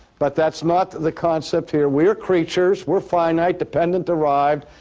but that's not the concept here. we're creatures, we're finite, dependent, derived,